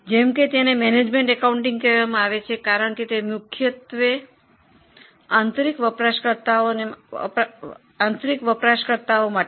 જેમ કે તેને મેનેજમેન્ટ એકાઉન્ટિંગ કહેવામાં આવે છે કારણ કે તે મુખ્યત્વે આંતરિક વપરાશકર્તાઓ માટે છે